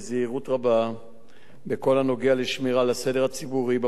בכל הנוגע לשמירה על הסדר הציבורי במקום,